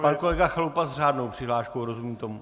Pan kolega Chalupa s řádnou přihláškou rozumím tomu?